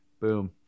Boom